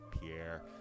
Pierre